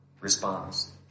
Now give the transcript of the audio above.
response